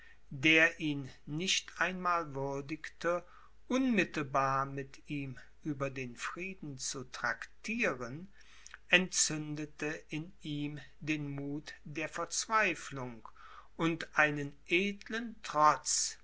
der ihn nicht einmal würdigte unmittelbar mit ihm über den frieden zu traktieren entzündete in ihm den muth der verzweiflung und einen edlen trotz